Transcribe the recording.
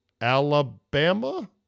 Alabama